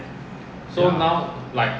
ya